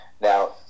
Now